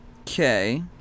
Okay